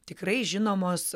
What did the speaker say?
tikrai žinomos